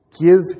give